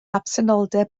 absenoldeb